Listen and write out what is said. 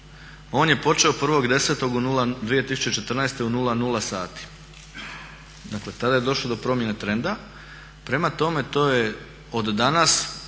on je počeo 1.10.2014.u 00 sati, dakle tada je došlo do promjene trenda, prema tome to je od danas